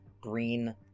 green